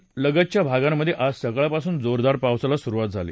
मुंबई आणि लगतच्या भागांमध्ये आज सकाळपासून जोरदार पावसाला सुरुवात झाली